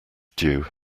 due